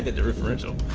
differential,